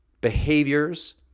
behaviors